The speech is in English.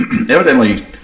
evidently